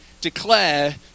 declare